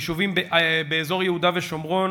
יישובים באזור יהודה ושומרון